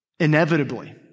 inevitably